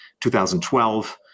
2012